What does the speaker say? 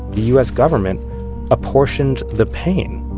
the u s. government apportioned the pain.